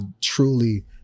truly